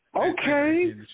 Okay